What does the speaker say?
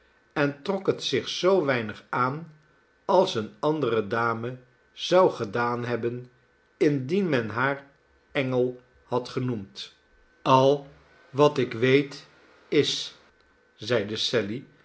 en trok het zich zoo weinig aan als eene andere dame zou gedaan hebben indien men haar engel had genoemd al wat ik weet is zeide sally